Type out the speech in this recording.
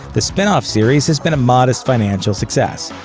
the spin-off series has been a modest financial success.